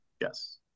Yes